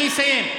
אני אסיים.